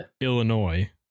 Illinois